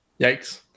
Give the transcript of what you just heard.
Yikes